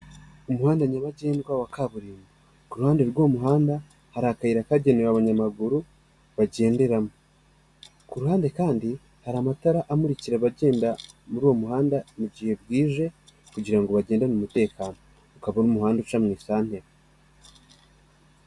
Umuhanda nyabagendwa wa kaburimbo, ku ruhande rw'uwo muhanda hari akayira kagenewe abanyamaguru bagenderamo, ku ruhande kandi hari amatara amurikira abagenda muri uwo muhanda mu gihe bwije kugira ngo bagende umutekano, ukaba ari muhanda uca mu isantere.